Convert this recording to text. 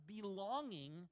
belonging